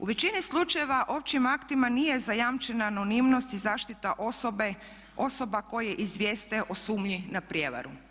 U većini slučajeva općim aktima nije zajamčena anonimnost i zaštita osoba koje izvijeste o sumnji na prijevaru.